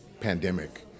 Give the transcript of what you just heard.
pandemic